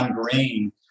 Green